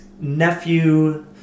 nephew